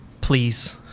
please